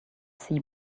see